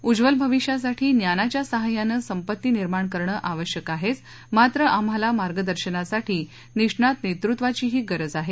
उज्वल भविष्यासाठी ज्ञानाच्या साहय्याने संपत्ती निर्माण करणे आवश्यकच आहे परंतू आम्हांला मार्गदर्शनासाठी निष्णांत नेतृत्वाचीही गरज आहे